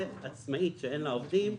עצמאית שאין לה עובדים,